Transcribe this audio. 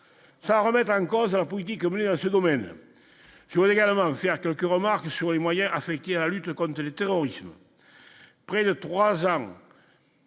sans remettre en cause la politique menée à ce domaine je voudrais également vous faire quelques remarques sur les moyens affectés à la lutte, le contre le terrorisme, près de 3 ans